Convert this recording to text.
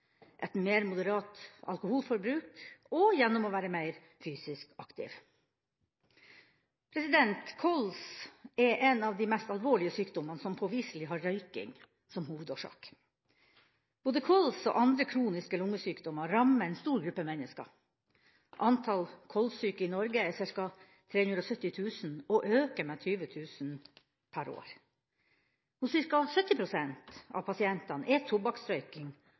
et mer moderat alkoholforbruk og gjennom å være meir fysisk aktiv. Kols er en av de mest alvorlige sykdommene som påviselig har røyking som hovedårsak. Både kols og andre kroniske lungesykdommer rammer en stor gruppe mennesker. Antall kolssyke i Norge er ca. 370 000 og øker med 20 000 per år. Hos ca. 70 pst. av pasientene er